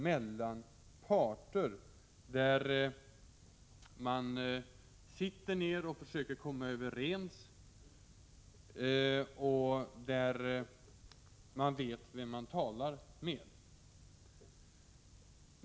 Man försöker då komma överens, och man vet vem det är man talar med.